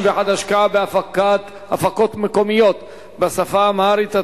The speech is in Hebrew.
51) (השקעה בהפקות מקומיות בשפה האמהרית),